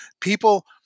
people